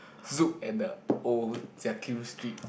Zouk at the old Jiak-Kim-Street